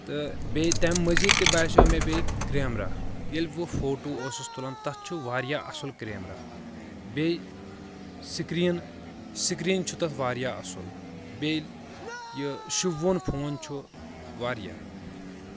تہٕ بییٚہِ تمہِ مزیٖد تہِ باسیٚو مےٚ بییٚہِ کریمرا ییٚلہِ بہٕ فوٹو اوسُس تُلان تتھ چھُ واریاہ اصٕل کریمرا بییٚہِ سکریٖن سکریٖن چھُ تتھ واریاہ اصٕل بییٚہِ یہِ شوٗبوُن فون چھُ واریاہ